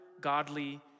godly